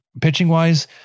Pitching-wise